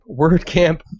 WordCamp